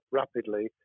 rapidly